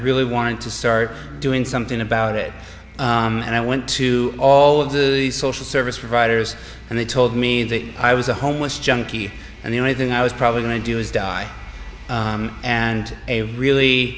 really wanted to start doing something about it and i went to all of the social service providers and they told me that i was a homeless junkie and the only thing i was probably going to do is die and a really